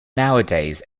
nowadays